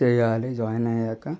చేయాలి జాయిన్ అయ్యాక